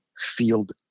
field